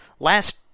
Last